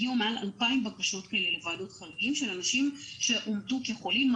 הגיעו מעל 2,000 בקשות כאלה לוועדות חריגים של אנשים שאומתו כחולים,